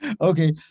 Okay